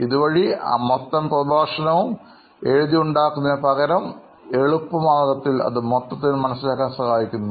ഇതുവഴി ആ മൊത്തം പ്രഭാഷണവും എഴുതി ഉണ്ടാക്കുന്നതിനു പകരം ഈ എളുപ്പ മാർഗത്തിൽ അത് മൊത്തത്തിൽ മനസ്സിലാക്കാൻ സഹായിക്കുന്നു